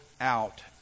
out